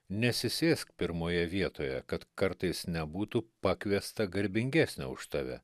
nesisėsk pirmoje vietoje kad kartais nebūtų pakviesta garbingesnio už tave